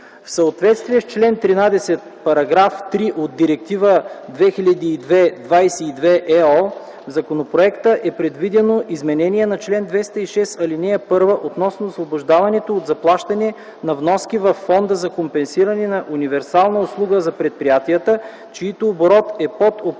В съответствие с чл. 13, параграф 3 от Директива 2002/22/ЕО, в законопроекта е предвидено изменение на чл. 206, ал. 1, относно освобождаването от заплащане на вноски във Фонда за компенсиране на универсална услуга за предприятията, чийто оборот е под определени